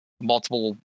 multiple